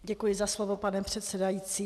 Děkuji za slovo, pane předsedající.